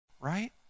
right